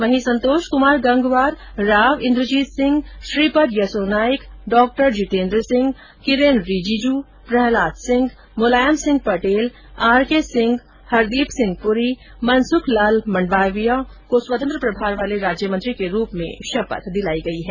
वहीं Santosh Kumar Gangwar Rao Inderjit Singh Shripad Yesso Naik Dr Jitendra Singh Kiren Rijiju Prahlad Singh Mulayam Singh Patel R K Singh Hardeep Singh Puri Mansukh Lala Mandaviya को स्वतंत्र प्रभार वाले राज्य मंत्री के रूप में शपथ दिलाई गई है